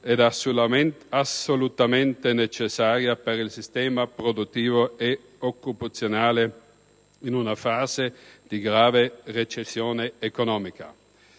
ed assolutamente necessaria per il sistema produttivo e occupazionale in una fase di grave recessione economica.